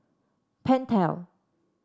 pentel